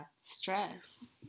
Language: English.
Stress